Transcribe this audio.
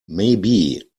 maybe